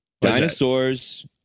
Dinosaurs